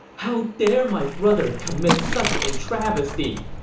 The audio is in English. how dare my brother commit such a travesty!